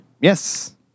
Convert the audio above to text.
Yes